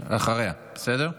אחריה, בסדר?